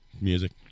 music